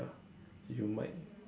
you might